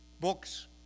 books